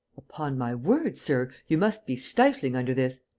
upon my word, sir, you must be stifling under this!